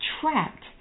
trapped